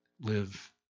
Live